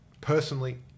personally